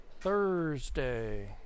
Thursday